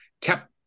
kept